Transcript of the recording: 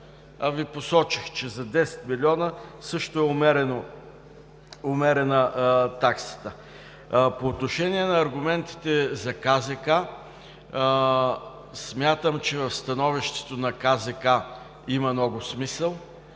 а Ви посочих, че за 10 милиона също е умерена таксата. По отношение на аргументите за КЗК, смятам, че в становището на КЗК има много смисъл